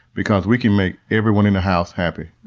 because we can make everyone in the house happy.